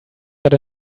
got